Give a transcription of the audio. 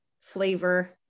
flavor